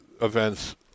events